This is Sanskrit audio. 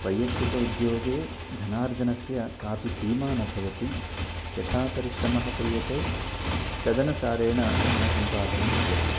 वैयक्तिक उद्योगे धनार्जनस्य कापि सीमा न भवति यथा परिश्रमः क्रियते तदनुसारेण धनसम्पादनं भवति